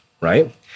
right